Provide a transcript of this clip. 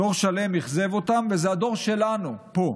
דור שלם אכזב אותם, וזה הדור שלנו, פה,